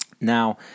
Now